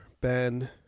Ben